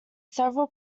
several